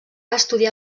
estudiar